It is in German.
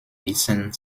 wissen